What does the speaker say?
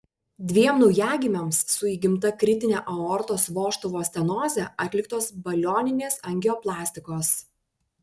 dviem naujagimiams su įgimta kritine aortos vožtuvo stenoze atliktos balioninės angioplastikos